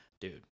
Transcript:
Dude